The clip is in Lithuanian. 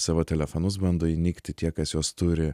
savo telefonus bando įnikti tie kas juos turi